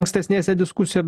ankstesnėse diskusiv